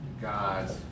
God's